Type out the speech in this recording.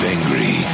Angry